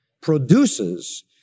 produces